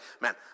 man